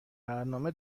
برنامه